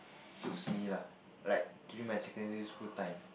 suits me lah like during my secondary school time